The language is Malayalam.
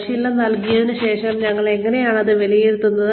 പരിശീലനം നൽകിയതിന് ശേഷം ഞങ്ങൾ എങ്ങനെയാണ് അത് വിലയിരുത്തുന്നത്